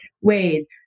ways